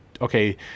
okay